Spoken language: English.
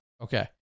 Okay